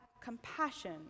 compassion